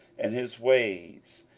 and his ways,